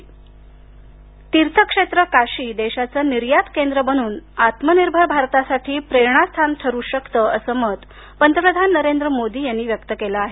मोदी वाराणसी तीर्थक्षेत्र काशी देशाचं निर्यात केंद्र बनून आत्मनिर्भर भारतासाठी प्रेरणास्थान ठरू शकतं असं मत पंतप्रधान नरेंद्र मोदी यांनी व्यक्त केलं आहे